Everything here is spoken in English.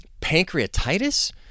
pancreatitis